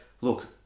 look